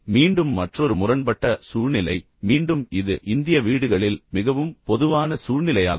மீண்டும் மற்றொரு முரண்பட்ட சூழ்நிலை மீண்டும் இது இந்திய வீடுகளில் மிகவும் பொதுவான சூழ்நிலையாகும்